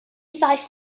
ddaeth